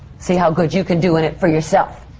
see how good you can do in it for yourself.